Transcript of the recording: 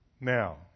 Now